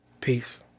Peace